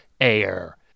air